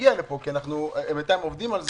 שיגיע לפה תקציב 2021 כי הם בינתיים עובדים על זה,